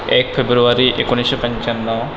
एक फेब्रुवारी एकोणीसशे पंचाण्णव